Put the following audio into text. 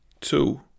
two